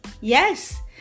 Yes